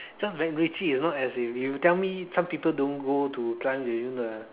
cause macritchie is not as if you tell me some people don't go to climb during a